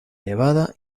nevada